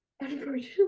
unfortunately